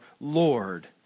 Lord